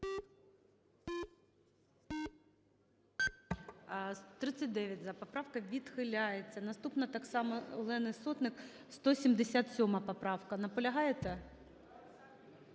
За-39 Поправка відхиляється. Наступна, так само Олени Сотник, 177 поправка. Наполягаєте?